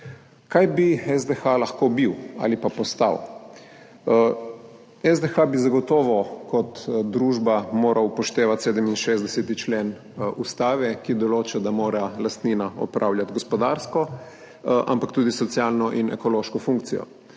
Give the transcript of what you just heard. Kaj bi SDH lahko bil ali pa postal? SDH bi zagotovo kot družba moral upoštevati 67. člen Ustave, ki določa, da mora lastnina opravljati gospodarsko, ampak tudi socialno in ekološko funkcijo.